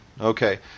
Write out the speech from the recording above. Okay